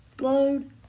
Load